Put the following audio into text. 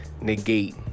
negate